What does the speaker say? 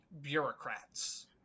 bureaucrats